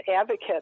advocates